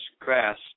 grass